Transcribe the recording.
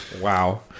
Wow